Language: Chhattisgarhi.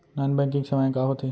नॉन बैंकिंग सेवाएं का होथे?